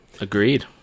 Agreed